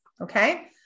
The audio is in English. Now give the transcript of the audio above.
okay